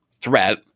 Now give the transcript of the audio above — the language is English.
threat